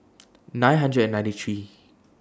nine hundred and ninety three